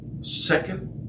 second